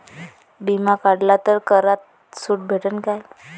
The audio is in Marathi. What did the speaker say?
बिमा काढला तर करात सूट भेटन काय?